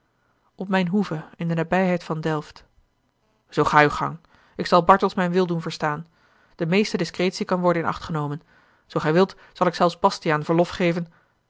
op mijne hoeve in de nabijheid van delft zoo ga uw gang ik zal bartels mijn wil doen verstaan de meeste discretie kan worden in acht genomen zoo gij wilt zal ik zelfs bastiaan verlof geven